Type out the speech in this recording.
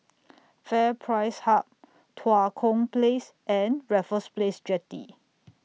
FairPrice Hub Tua Kong Place and Raffles Place Jetty